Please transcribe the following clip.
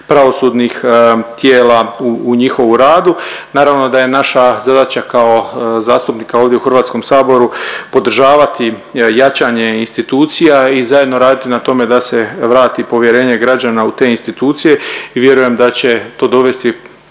pravosudnih tijela u njihovu radu. Naravno da je naša zadaća kao zastupnika ovdje u Hrvatskom saboru podržavati jačanje institucija i zajedno raditi na tome da se vrati povjerenje građana u te institucije i vjerujem da će to dovesti